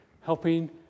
Helping